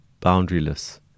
boundaryless